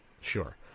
Sure